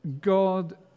God